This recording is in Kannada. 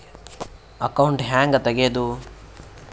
ಅಕೌಂಟ್ ಹ್ಯಾಂಗ ತೆಗ್ಯಾದು?